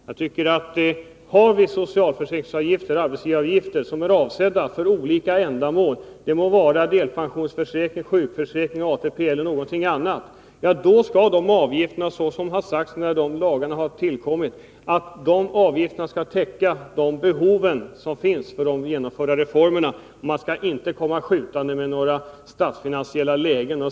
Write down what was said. Har vi arbetsgivaravgifter som är avsedda för olika ändamål — delpensionsförsäkring, sjukförsäkring, ATP eller någonting annat — skall avgifterna också täcka behoven för de genomförda reformerna, såsom har sagts när de lagarna tillkommit. Man skall inte komma dragande med det statsfinansiella läget!